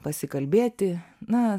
pasikalbėti na